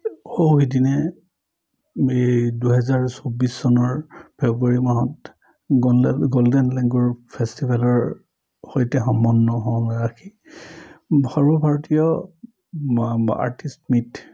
সৌ সিদিনা এই দুহেজাৰ চৌব্বিছ চনৰ ফেব্ৰুৱাৰী মাহত গল্ডেন গল্ডেন লেগুৰ ফেষ্টিভেলৰ সৈতে সম্বন্ন হ ৰাখি সৰ্বভাৰতীয় আৰ্টিষ্ট মিট